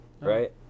right